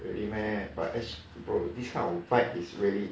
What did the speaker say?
really meh but S_G bro this kind of bike is really